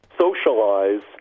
socialize